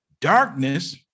Darkness